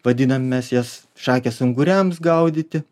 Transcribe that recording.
vadinam mes jas šakės unguriams gaudyti